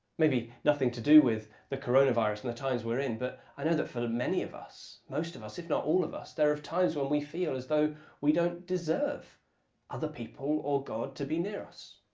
maybe nothing to do with the coronavirus and the times we're in, but i know that for many of us most of us, if not all of us there are times when we feel as though we don't deserve other people or god to be near us.